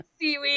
seaweed